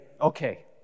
okay